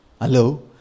Hello